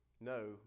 no